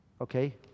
Okay